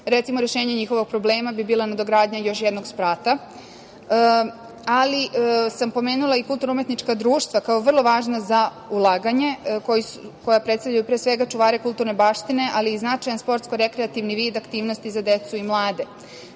Recimo, rešenje njihovog problema bi bila nadogradnja još jednog sprata. Pomenula sam i kulturno-umetnička društva kao vrlo važna za ulaganje, koja predstavljaju pre svega čuvare kulturne baštine, ali i značajan sportsko-rekreativan vid aktivnosti za decu mlade.